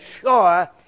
sure